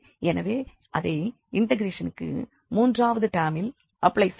எனவே அதை இண்டெக்ரேஷனுக்கு மூன்றாவது டெர்மில் அப்ளை செய்ய வேண்டும்